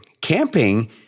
Camping